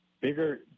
bigger